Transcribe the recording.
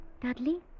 Dudley